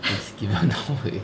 is given away